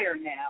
now